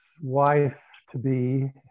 wife-to-be